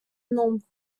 nombre